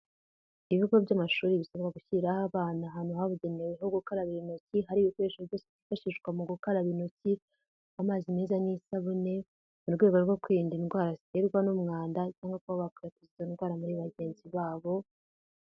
Ibigo by'amashuri bisabwa gushyiriraraho abana, ahantu habugenewe ho gukarabira intoki, hari ibikoresho byose byifashishwa mu gukaraba intoki, amazi meza n'isabune, mu rwego rwo kwirinda indwara ziterwa n'umwanda, cyangwa kuba bakwirakwiza izo ndwara muri bagenzi babo.